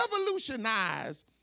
revolutionize